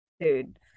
Dude